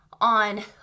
on